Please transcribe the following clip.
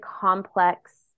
complex